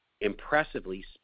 Impressively